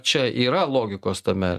čia yra logikos tame